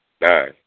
Nine